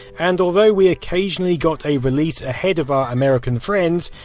and although we occasionally got a release ahead of our american friends,